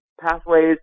pathways